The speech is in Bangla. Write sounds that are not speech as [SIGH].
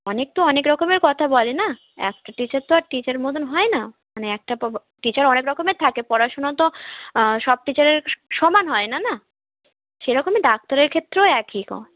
অনেকে তো অনেক রকমের কথা বলে না একটা টিচার তো আর টিচারের মতন হয় না মানে একটা [UNINTELLIGIBLE] টিচার অনেক রকমের থাকে পড়াশুনো তো সব টিচারের সমান হয় না না সেরকমই ডাক্তারের ক্ষেত্রেও একই [UNINTELLIGIBLE]